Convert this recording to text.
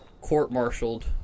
court-martialed